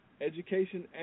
education